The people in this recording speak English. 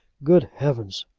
good heavens!